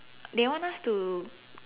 they want us to